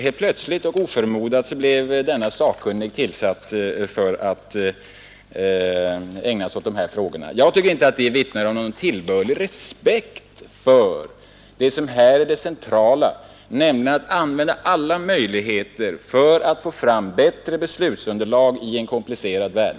Helt plötsligt och oförmodat blev då denne sakkunnige tillsatt för att ägna sig åt de här frågorna. Jag tycker inte att detta hattande vittnar om någon tillbörlig respekt för det som här är det centrala, nämligen att använda alla möjligheter för att få fram bättre beslutsunderlag i en komplicerad värld.